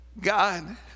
God